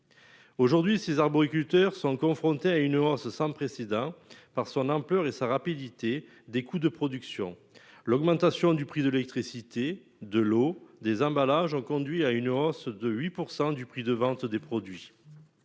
Aujourd'hui ces arboriculteurs sont confrontés à une hausse sans précédent par son ampleur et sa rapidité des coûts de production. L'augmentation du prix de l'électricité de l'eau des emballages ont conduit à une hausse de 8% du prix de vente des produits.